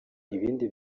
ibindi